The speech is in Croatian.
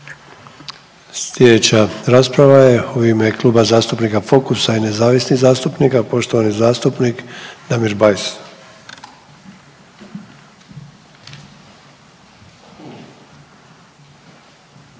Sljedeća rasprava je u ime Kluba zastupnika Fokusa i nezavisnih zastupnika, poštovani zastupnik Damir Bajs.